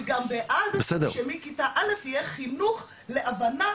אני גם בעד שמכיתה א' יהיה חינוך להבנה,